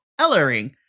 Ellering